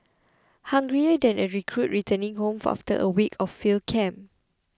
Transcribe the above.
hungrier than a recruit returning home for after a week of field camp